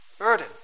burden